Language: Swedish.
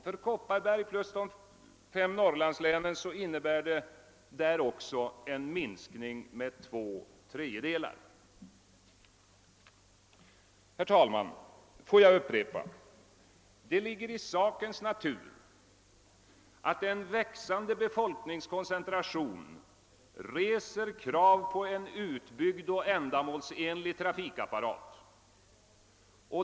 För dessa län innebär det en minskning med två tredjedelar. Herr talman! Får jag upprepa: Det ligger i sakens natur att en växande befolkningskoncentration reser krav på en utbyggd och ändamålsenlig trafikapparat.